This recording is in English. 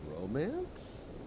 romance